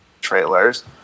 trailers